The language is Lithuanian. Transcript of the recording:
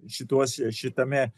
šituos šitame